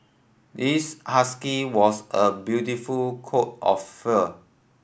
this husky was a beautiful coat of fur